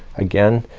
again,